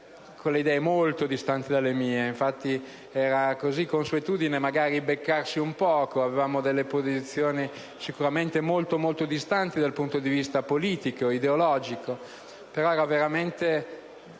con le idee molto distanti dalle mie. Infatti, era consuetudine anche beccarsi un poco. Avevamo posizioni sicuramente molto, molto distanti dal punto di vista politico e ideologico, ma era veramente